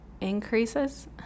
increases